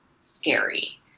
scary